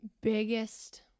biggest